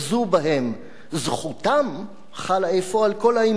זכותם חלה אפוא על כל האימפריה שהקימו,